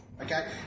Okay